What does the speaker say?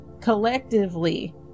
collectively